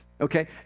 Okay